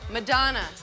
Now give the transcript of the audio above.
Madonna